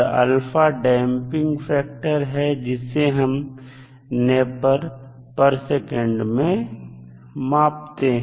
α damping factor है जिसे हम Npsec में मापते हैं